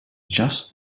just